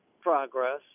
progress